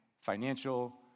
financial